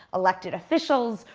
elected officials,